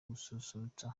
gususurutsa